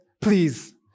please